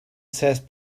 says